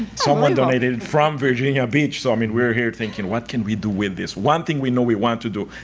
someone donated from virginia beach. so i mean we're here thinking what can we do with this. one thing we know we want to do,